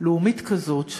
לאומית כזאת,